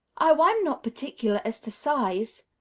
i'm not particular as to size,